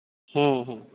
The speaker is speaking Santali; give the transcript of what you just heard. ᱦᱮᱸ ᱦᱮᱸ